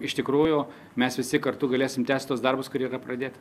iš tikrųjų mes visi kartu galėsim tęst tuos darbus kurie yra pradėt